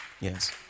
Yes